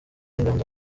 inganzo